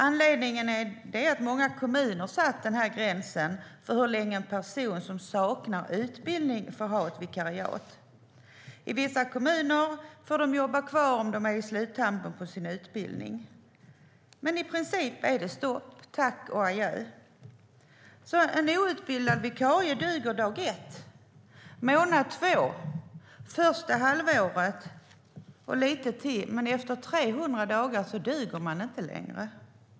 Anledningen är att många kommuner har satt den gränsen för hur länge en person som saknar utbildning får ha ett vikariat. I vissa kommuner får de jobba kvar om de är i sluttampen av sin utbildning. Men i princip är det stopp, tack och adjö. En outbildad vikarie duger dag ett, månad två, första halvåret och lite till, men efter 300 dagar duger de inte längre.